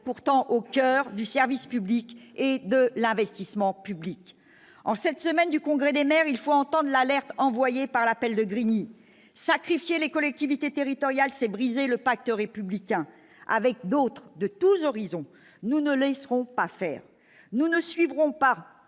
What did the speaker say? pourtant au coeur du service public et de l'investissement public en cette semaine du congrès des maires, il faut entendent l'alerte envoyé par l'appel de Grigny sacrifier les collectivités territoriales s'est briser le pacte républicain, avec d'autres de tous horizons : nous ne laisserons pas faire, nous ne suivrons pas